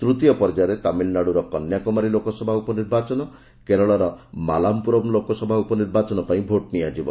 ତୂତୀୟ ପର୍ଯ୍ୟାୟରେ ତାମିଲନାଡୁର କନ୍ୟାକୁମାରୀ ଲୋକସଭା ଉପ ନିର୍ବାଚନ ଓ କେରଳର ମାଲାପୁରମ୍ ଲୋକସଭା ଉପ ନିର୍ବାଚନ ପାଇଁ ଭୋଟ ନିଆଯିବ